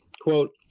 Quote